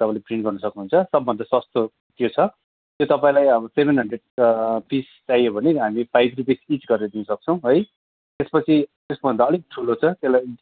तपाईँले प्रिन्ट गर्नु सक्नुहुन्छ सबभन्दा सस्तो त्यो छ त्यो तपाईँलाई अब सेभेन हन्ड्रेड पिस चाहियो भने हामी फाइभ रुपिस पिस गरेर दिनसक्छौँ है त्यसपछि त्यसभन्दा अलिकति ठुलो छ त्यसलाई